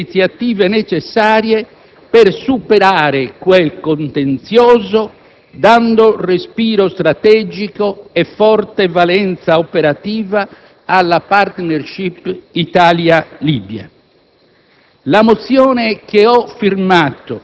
deliberava di adottare tutte le iniziative necessarie per superare quel contenzioso, dando respiro strategico e forte valenza operativa alla *partnership* Italia-Libia.